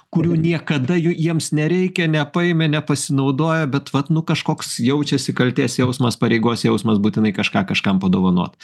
kurių niekada jų jiems nereikia nepaėmė nepasinaudojo bet vat nu kažkoks jaučiasi kaltės jausmas pareigos jausmas būtinai kažką kažkam padovanot